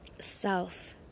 self